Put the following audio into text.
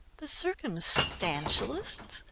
the circumstantialists,